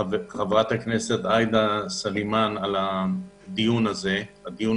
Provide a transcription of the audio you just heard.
מודה לחברת הכנסת סלימאן על קיום הדיון.